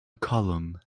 column